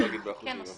לא אגיד באחוזים --- כן,